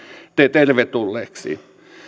tervetulleeksi